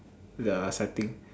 the setting